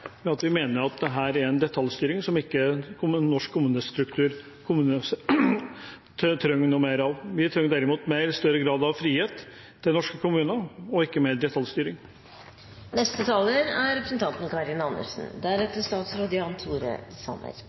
Vi mener at dette er en detaljstyring som norsk kommunestruktur ikke trenger noe mer av. Vi trenger større grad av frihet til norske kommuner, og ikke mer detaljstyring.